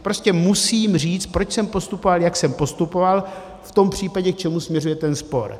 Prostě musím říct, proč jsem postupoval, jak jsem postupoval v tom případě, k čemu směřuje ten spor.